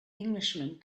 englishman